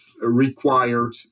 required